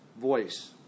voice